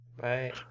Bye